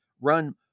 run